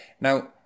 Now